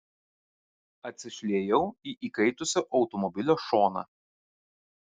atsišliejau į įkaitusio automobilio šoną